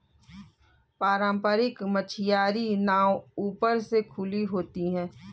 पारम्परिक मछियारी नाव ऊपर से खुली हुई होती हैं